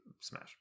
Smash